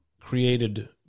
created